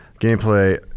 gameplay